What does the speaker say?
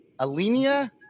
Alenia